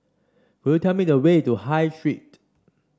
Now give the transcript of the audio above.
could you tell me the way to High Street